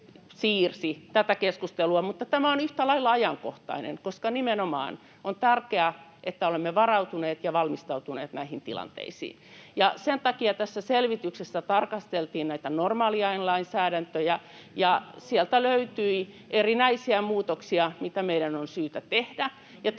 siirsi tätä keskustelua. Mutta tämä on yhtä lailla ajankohtainen, koska nimenomaan on tärkeää, että olemme varautuneet ja valmistautuneet näihin tilanteisiin. Sen takia tässä selvityksessä tarkasteltiin näitä normaaliajan lainsäädäntöjä. Sieltä löytyi erinäisiä muutoksia, mitä meidän on syytä tehdä,